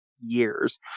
years